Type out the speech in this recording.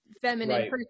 feminine